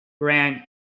Grant